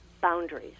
boundaries